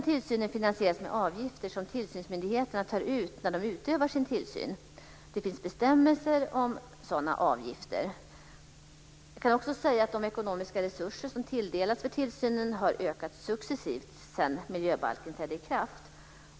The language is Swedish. Tillsynen kan finansieras med avgifter som tillsynsmyndigheterna tar ut när de utövar sin tillsyn. Det finns bestämmelser om sådana avgifter. De ekonomiska resurser som tilldelats för tillsynen har successivt ökat sedan miljöbalken trädde i kraft.